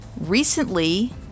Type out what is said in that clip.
Recently